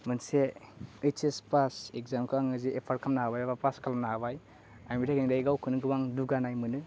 मोनसे HS pass एक्जामखो आङो जे एपार्ट खालामनो हाबाय एबा पास खालामनो हाबाय आं बेनि थाखाइनो दायो गावखौनो गोबां दुगानाय मोनो